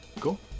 Cool